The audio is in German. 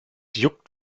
juckt